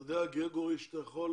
אתה יודע שאתה יכול